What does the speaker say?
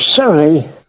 sorry